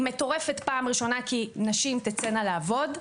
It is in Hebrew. היא מטורפת פעם ראשונה כי נשים תצאנה לעבוד.